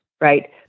right